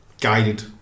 guided